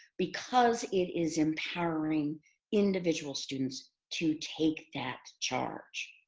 because it is empowering individual students to take that charge.